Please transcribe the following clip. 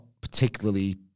particularly